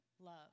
love